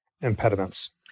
impediments